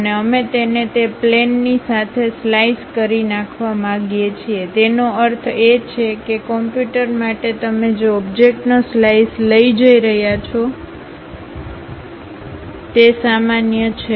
અને અમે તેને તે પ્લેનની સાથે સલાઈસ કરી નાખવા માંગીએ છીએ તેનો અર્થ એ છે કે કમ્પ્યુટર માટે તમે જે ઓબ્જેક્ટનોસ્લાઈસ લઈ જઇ રહ્યા છો તે સામાન્ય છે